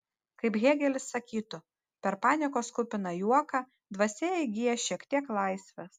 kaip hėgelis sakytų per paniekos kupiną juoką dvasia įgyja šiek tiek laisvės